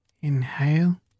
inhale